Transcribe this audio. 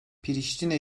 priştine